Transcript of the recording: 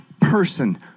person